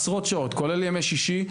עשרות שעות כולל ימי שישי,